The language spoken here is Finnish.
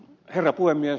herra puhemies